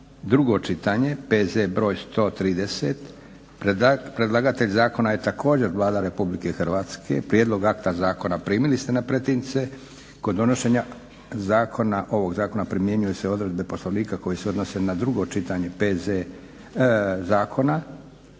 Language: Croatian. drugo čitanje, P.Z. br. 130. Predlagatelj zakona je također Vlada Republike Hrvatske. Prijedlog akta zakona primili ste u pretince. Kod donošenja ovog zakona primjenjuju se odredbe Poslovnika koje se odnose na drugo čitanje zakona,